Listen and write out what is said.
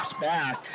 back